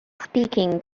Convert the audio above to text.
speaking